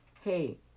Hey